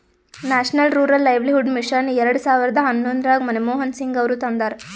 national rural livelihood mission ಎರೆಡ ಸಾವಿರದ ಹನ್ನೊಂದರಾಗ ಮನಮೋಹನ್ ಸಿಂಗ್ ಅವರು ತಂದಾರ